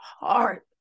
heart